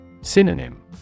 Synonym